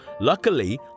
Luckily